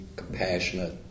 compassionate